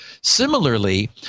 similarly